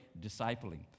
discipling